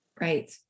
Right